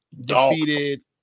defeated